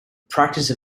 practice